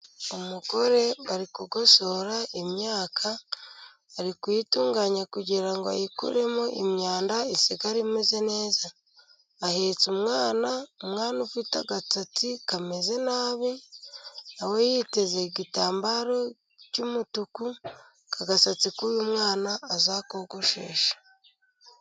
Umugore ari kugosora imyaka, ari kuyitunganya kugira ngo ayikuremo imyanda, isigarare imeze neza, ahetse umwana, umwana ufite agasatsi kameze nabi, na we yiteze igitambaro cy'umutuku, agasatsi k'uyu mwana azakogosheshe.